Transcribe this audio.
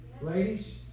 Ladies